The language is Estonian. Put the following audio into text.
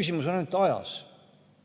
küsimus on ainult ajas.